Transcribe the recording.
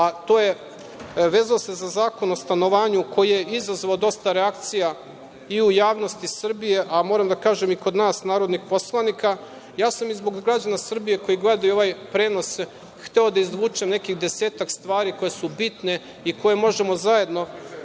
a to je, vezao se za zakon o stanovanju koji je izazvao dosta reakcija i u javnosti Srbije, a moram da kažem i kod nas, narodnih poslanika, ja sam i zbog građana Srbije koji gledaju ovaj prenos, hteo da izvučem nekih desetak stvari koje su bitne i koje možemo zajedno